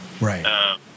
right